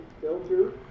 filter